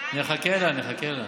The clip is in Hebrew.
נחכה לה, נחכה לה.